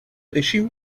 issue